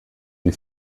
die